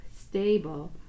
stable